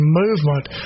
movement